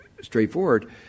straightforward